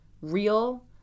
real